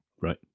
right